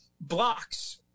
blocks